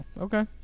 Okay